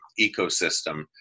ecosystem